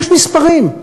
יש מספרים.